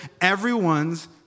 everyone's